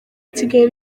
nsigaye